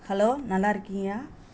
hello நல்லா இருக்கியா